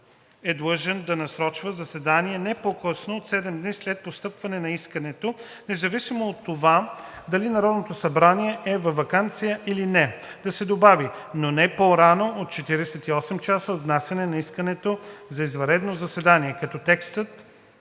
е длъжен да насрочи заседание не по-късно от 7 дни след постъпване на искането, независимо от това дали Народното събрание е във ваканция или не“, да се добави „но не по-рано от 48 часа от внасяне на искането за извънредно заседание“, като текстът